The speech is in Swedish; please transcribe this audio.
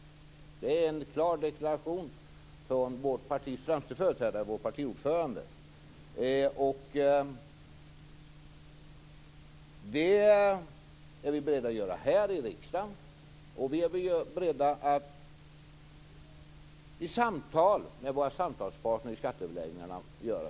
Det är en klar deklaration från vår partiordförande. Det är vi beredda att göra här i riksdagen. Vi är beredda att i samtal med parterna göra det i skatteöverläggningarna.